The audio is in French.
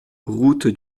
route